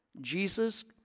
Jesus